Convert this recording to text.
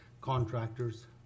contractors